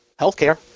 Healthcare